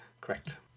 Correct